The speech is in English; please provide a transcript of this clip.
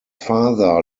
father